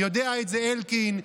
יודע את זה אלקין,